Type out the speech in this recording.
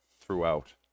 throughout